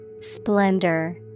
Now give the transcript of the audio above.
Splendor